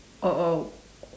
oh oh